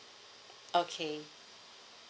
okay